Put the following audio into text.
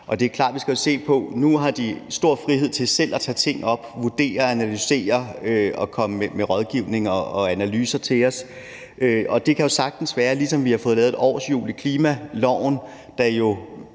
Det er klart, at vi skal se på det. Nu har de stor frihed til selv at tage ting op og vurdere og analysere og komme med rådgivning og analyser til os. Det kan sagtens være, at det – ligesom vi har fået lavet et årshjul i klimaloven, der